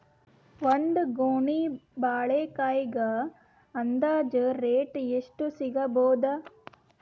ಒಂದ್ ಗೊನಿ ಬಾಳೆಕಾಯಿಗ ಅಂದಾಜ ರೇಟ್ ಎಷ್ಟು ಸಿಗಬೋದ?